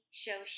show